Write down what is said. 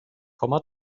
komma